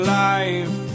life